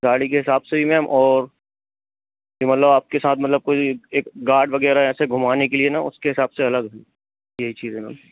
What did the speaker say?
गाड़ी के हिसाब से भी मैम और मतलब आप के साथ मतलब कोई एक गाड वग़ैरह ऐसे घुमवाने के लिए ना उसके हिसाब से अलग यही चीज़ है मैम